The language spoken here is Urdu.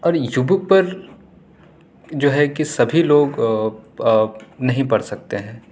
اور یو بک پر جو ہے کہ سبھی لوگ نہیں پڑھ سکتے ہیں